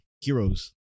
heroes